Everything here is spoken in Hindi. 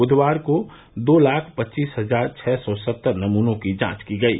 बुधवार को दो लाख पच्चीस हजार छः सौ सत्तर नमूनों की जांच की गयी